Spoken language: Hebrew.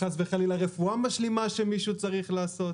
חס וחלילה רפואה משלימה שמישהו צריך לעשות,